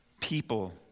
People